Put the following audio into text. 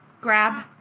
grab